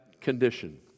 condition